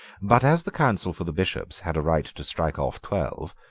but as the counsel for the bishops had a right to strike off twelve,